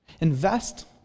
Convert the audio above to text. Invest